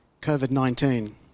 COVID-19